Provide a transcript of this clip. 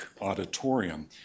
Auditorium